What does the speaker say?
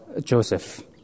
Joseph